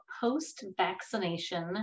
post-vaccination